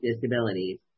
disabilities